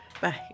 Bye